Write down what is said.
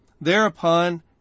thereupon